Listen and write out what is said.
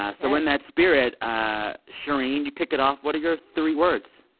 ah so in that spirit, ah shereen, you kick it off. what are your three words?